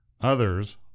Others